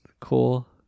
Cool